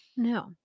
No